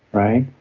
right?